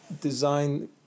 design